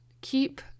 Keep